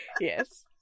Yes